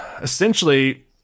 essentially